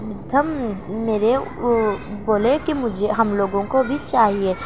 تھم میرے بولے کہ مجھے ہم لوگوں کو بھی چاہیے